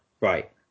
Right